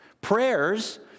Prayers